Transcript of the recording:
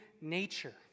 nature